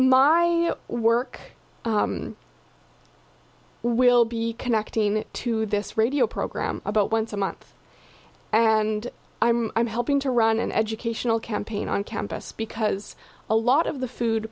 my work will be connected to this radio program about once a month and i'm helping to run an educational campaign on campus because a lot of the food